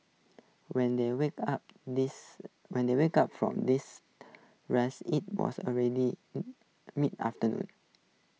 when they woke up these when they woke up from these rest IT was already mid afternoon